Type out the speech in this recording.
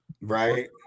Right